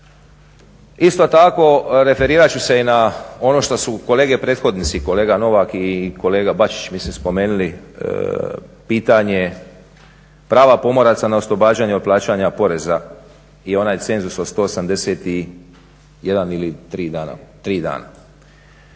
Isto tako, referirat ću se i na ono što su kolege prethodnici, kolega Novak i kolega Bačić mislim spomenuli samo za pitanje prava pomoraca na oslobađanje od plaćanja poreza i onaj cenzus od 181 ili 3 dana.